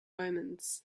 omens